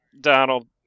Donald